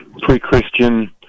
pre-Christian